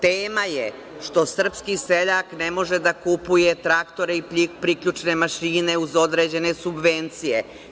Tema je što srpski seljak ne može da kupuje traktore i priključne mašine uz određene subvencije.